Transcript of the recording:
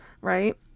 Right